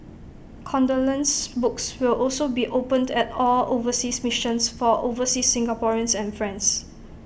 condolence books will also be opened at all overseas missions for overseas Singaporeans and friends